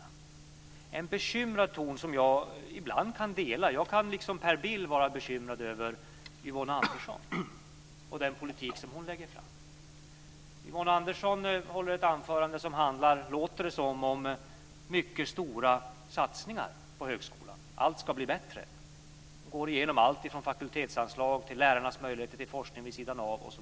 Det finns en bekymrad ton som jag ibland kan instämma i. Jag kan, liksom Per Bill, vara bekymrad över Yvonne Andersson och den politik som hon lägger fram. I Yvonne Anderssons anförande låter det som att hon vill göra mycket stora satsningar på högskolan. Allt ska bli bättre. Hon går igenom allt ifrån fakultetsanslag till lärarnas möjligheter till forskning vid sidan av.